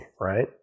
right